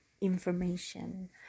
information